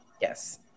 Yes